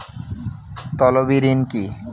তলবি ঋণ কি?